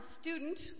student